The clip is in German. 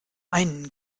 einen